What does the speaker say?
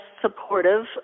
supportive